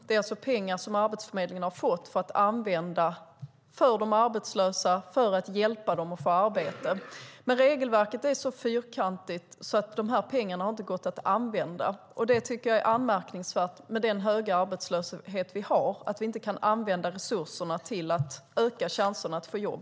Det är alltså pengar Arbetsförmedlingen har fått för att använda till att hjälpa de arbetslösa att få arbete, men regelverket är så fyrkantigt att pengarna inte har gått att använda. Jag tycker att det är anmärkningsvärt att vi med den höga arbetslöshet vi har inte kan använda resurserna till att öka chanserna att få jobb.